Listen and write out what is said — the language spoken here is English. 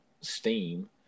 steam